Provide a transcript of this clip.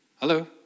Hello